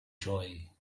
joy